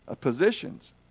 positions